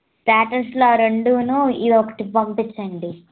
స్టాటర్స్లో ఆ రెండూను ఇదొకటి పంపించండి